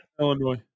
Illinois